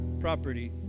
property